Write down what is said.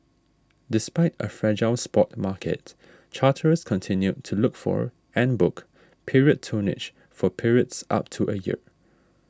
despite a fragile spot market charterers continued to look for and book period tonnage for periods up to a year